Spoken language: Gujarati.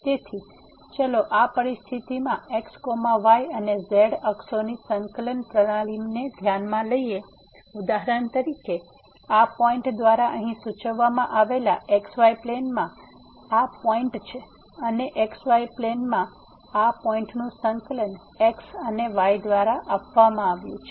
તેથી ચલો આ પરિસ્થિતિમાંx y અને z અક્ષોની સંકલન પ્રણાલીને ધ્યાનમાં લઈએ ઉદાહરણ તરીકે આ પોઈન્ટ દ્વારા અહીં સૂચવવામાં આવેલા x y પ્લેનમાં આ પોઈન્ટ છે અને x y પ્લેનમાં આ પોઈન્ટનું સંકલન x અને y દ્વારા આપવામાં આવ્યું છે